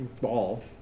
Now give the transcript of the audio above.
ball